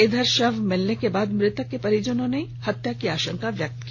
इधर शव मिलने के बाद मृतक के परिजनों ने हत्या की आशंका व्यक्त की है